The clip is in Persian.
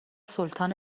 سلطان